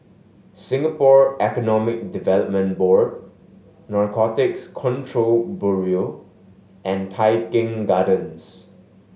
Singapore Economic Development Board Narcotics Control Bureau and Tai Keng Gardens